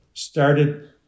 Started